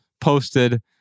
posted